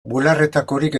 bularretakorik